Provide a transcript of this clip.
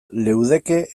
leudeke